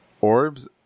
Orbs